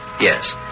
Yes